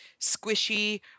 squishy